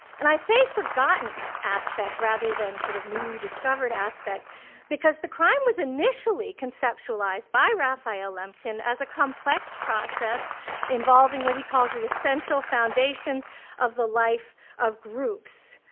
and i say forgotten aspect rather than a sort of newly-discovered aspect because the crime was initially conceptualized by raphael lemkin as a complex process involving what he calls the essential foundations of the life of groups.